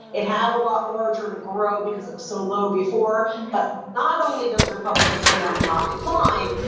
it had a lot larger to grow because it was so low before. but not only does republican turnout not decline,